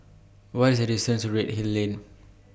What IS The distance to Redhill Lane